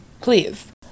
Please